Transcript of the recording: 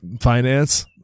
finance